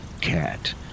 cat